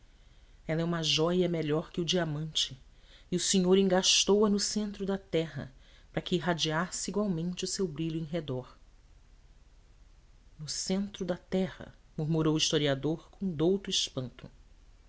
ela é uma jóia melhor que o diamante e o senhor engastou a no centro da terra para que irradiasse igualmente o seu brilho em redor no centro da terra murmurou o historiador com douto espanto